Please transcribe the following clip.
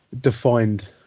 defined